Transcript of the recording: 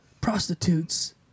prostitutes